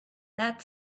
that